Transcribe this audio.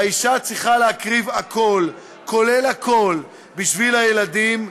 והאישה צריכה להקריב הכול כולל הכול בשביל הילדים,